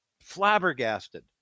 flabbergasted